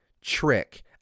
trick